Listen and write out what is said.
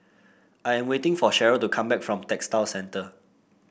I am waiting for Sherryl to come back from Textile Centre